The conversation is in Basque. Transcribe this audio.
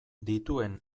dituen